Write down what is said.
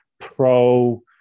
pro